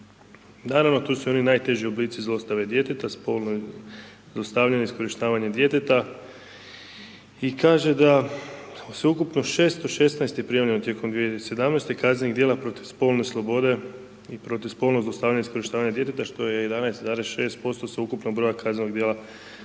Naravno, tu su oni najteži oblici zlostave djeteta, spolno zlostavljanje, iskorištavanje djeteta i kaže da sveukupno 616 je prijavljeno tijekom 2017.-te kaznenih djela protiv spolne slobode i protiv spolnog zlostavljanja i iskorištavanja djeteta, što je 11,6% sveukupnog broja kaznenog djela